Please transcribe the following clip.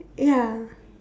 ya